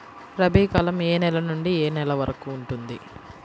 రబీ కాలం ఏ నెల నుండి ఏ నెల వరకు ఉంటుంది?